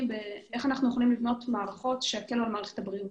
בנושא של איך אנחנו יכולים לבנות מערכות שייקלו על מערכת הבריאות.